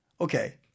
Okay